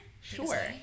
Sure